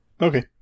Okay